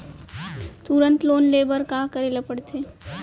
तुरंत लोन ले बर का करे ला पढ़थे?